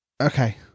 okay